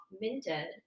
minted